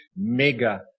mega